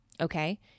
okay